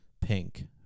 pink